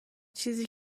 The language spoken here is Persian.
چیزی